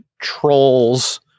trolls